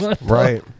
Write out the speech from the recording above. right